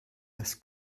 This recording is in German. erst